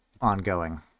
ongoing